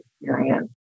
experience